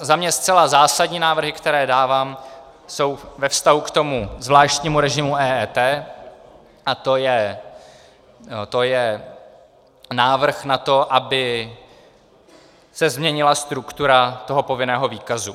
Za mě zcela zásadní návrhy, které dávám, jsou ve vztahu k tomu zvláštnímu režimu EET, a to je návrh na to, aby se změnila struktura povinného výkazu.